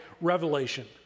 revelation